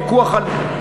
פיקוח על,